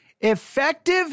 Effective